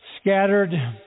scattered